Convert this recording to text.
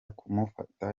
kumufata